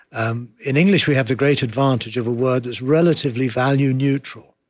um in english, we have the great advantage of a word that's relatively value neutral.